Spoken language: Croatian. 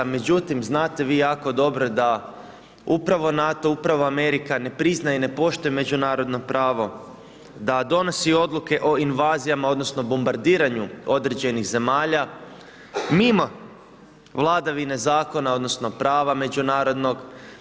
Međutim znate vi jako dobro da upravo NATO, upravo Amerika ne priznaje i ne poštuje međunarodno pravo, da donosi odluke o invazijama, odnosno bombardiranju određenih zemalja mimo vladavine zakona odnosno pravo međunarodnog.